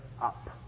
up